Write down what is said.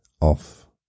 off